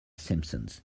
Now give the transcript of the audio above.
simpsons